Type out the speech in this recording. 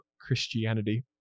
Christianity